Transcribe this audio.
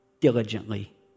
diligently